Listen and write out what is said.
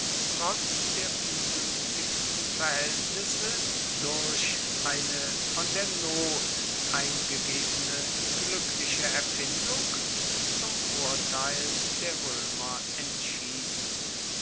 trotz der ungünstigsten verhältnisse durch eine von der not eingegebene glückliche erfindung zum vorteil der römer entschieden